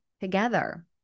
together